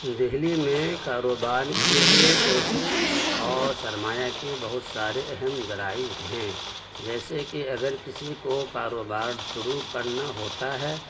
دہلی میں کاروبار کے لیے پیسوں اور سرمایہ کے بہت سارے اہم ذرائع ہیں جیسے کہ اگر کسی کو کاروبار شروع کرنا ہوتا ہے